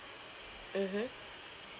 mmhmm